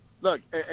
look